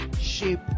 shape